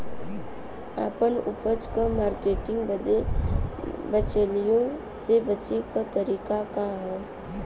आपन उपज क मार्केटिंग बदे बिचौलियों से बचे क तरीका का ह?